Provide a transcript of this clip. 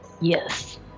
yes